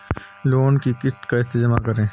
Loan की किश्त कैसे जमा करें?